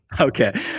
Okay